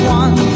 one